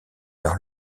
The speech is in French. par